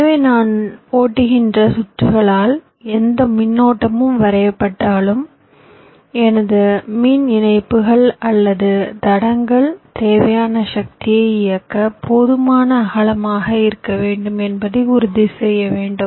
எனவே நான் ஓட்டுகின்ற சுற்றுகளால் எந்த மின்னோட்டமும் வரையப்பட்டாலும் எனது மின் இணைப்புகள் அல்லது தடங்கள் தேவையான சக்தியை இயக்க போதுமான அகலமாக இருக்க வேண்டும் என்பதை உறுதி செய்ய வேண்டும்